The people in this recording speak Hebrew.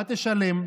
מה תשלם?